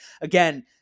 Again